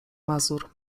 mazur